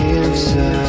inside